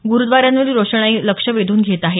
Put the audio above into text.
गुरुद्वारांवरील रोषणाई लक्ष वेधून घेत आहे